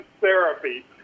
therapy